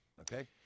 okay